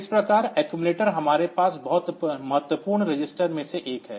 इस प्रकार accumulator हमारे पास बहुत महत्वपूर्ण रजिस्टरों में से एक है